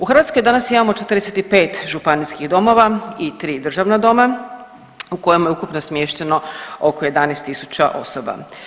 U Hrvatskoj danas imamo 45 županijskih domova i 3 državna doma u kojima je ukupno smješteno oko 11000 osoba.